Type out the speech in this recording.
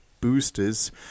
boosters